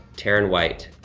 taryn white.